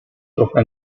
toca